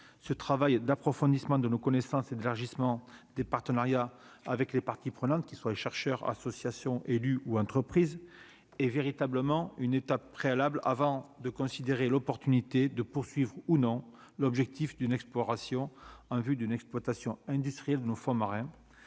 ce travail d'approfondissement de nos connaissances et d'élargissement des partenariats avec les parties prenantes qui soient les chercheurs, associations, élus ou entreprise est véritablement une étape préalable avant de considérer l'opportunité de poursuivre ou non l'objectif d'une exploration en vue d'une exploitation industrielle de nos fonds marins